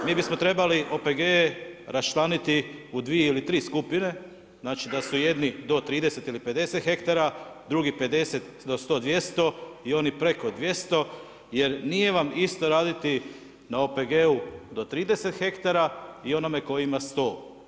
Mi bismo trebali OPG-e raščlaniti u dvije ili tri skupine, znači da su jedni do 30 ili 50 hektara, drugi 50 do 100, 200 i oni preko 200 jer nije vam isto raditi na OPG-u do 30 hektara i onome tko ima 100.